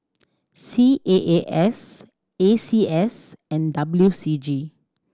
C A A S A C S and W C G